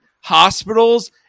hospitals